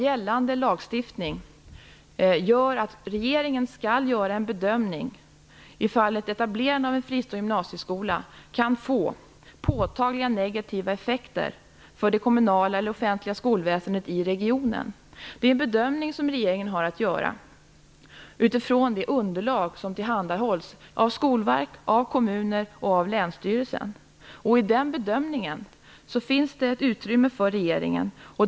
Gällande lagstiftning innebär att regeringen skall göra en bedömning av om etablerandet av en fristående gymnasieskola kan få påtagliga negativa effekter för det kommunala eller offentliga skolväsendet i regionen. Det är en bedömning som regeringen har att göra utifrån det underlag som tillhandahålls av Skolverket, kommuner och länsstyrelsen. I den bedömningen finns det ett utrymme för regeringen.